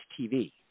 TV